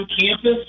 campus